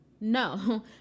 No